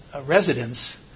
residents